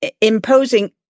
imposing